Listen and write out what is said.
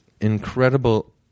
incredible